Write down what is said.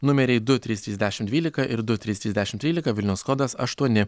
numeriai du trys trys dešim dvylika ir du trys trys dešim trylika vilnius kodas aštuoni